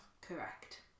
Correct